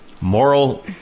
moral